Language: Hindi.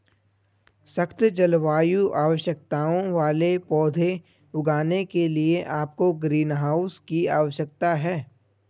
सख्त जलवायु आवश्यकताओं वाले पौधे उगाने के लिए आपको ग्रीनहाउस की आवश्यकता है